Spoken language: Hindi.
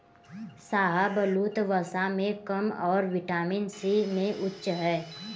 शाहबलूत, वसा में कम और विटामिन सी में उच्च है